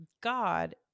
God